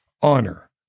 honor